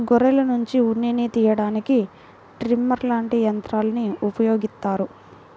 గొర్రెల్నుంచి ఉన్నిని తియ్యడానికి ట్రిమ్మర్ లాంటి యంత్రాల్ని ఉపయోగిత్తారు